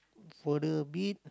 further a bit